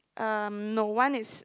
um no one is